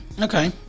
Okay